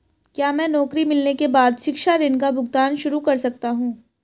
क्या मैं नौकरी मिलने के बाद शिक्षा ऋण का भुगतान शुरू कर सकता हूँ?